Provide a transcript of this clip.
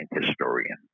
historian